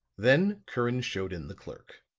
then curran showed in the clerk.